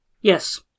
Yes